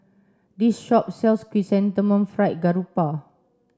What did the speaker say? this shop sells chrysanthemum fried grouper